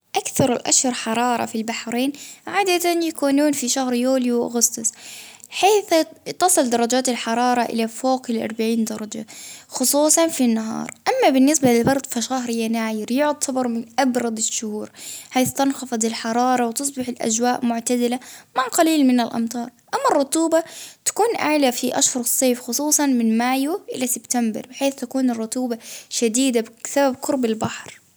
أكثر أشهر حرارة في البحرين عادة يكونون في شهر يوليو، حيث تصل درجات الحرارة إلى فوق الأربعين درجة خصوصا في النهار، أما بالنسبة للبرد في شهر يناير يعتبر من أبرد الشهور، حيث تنخفض الحرارة وتصبح الأجواء معتدلة، مع قليل من الأمطار أما الرطوبة تكون أعلى في آخر الصيف خصوصا من مايو إلى سبتمبر بحيث تكون الرطوبة شديدة بسبب قرب البحر.